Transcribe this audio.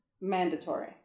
mandatory